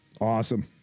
awesome